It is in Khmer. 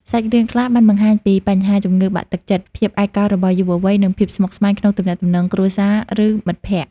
សាច់រឿងខ្លះបានបង្ហាញពី បញ្ហាជំងឺបាក់ទឹកចិត្ត ភាពឯកោរបស់យុវវ័យ និងភាពស្មុគស្មាញក្នុងទំនាក់ទំនងគ្រួសារ ឬមិត្តភក្ដិ។